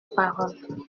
parole